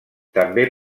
també